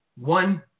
one –